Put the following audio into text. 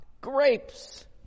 Grapes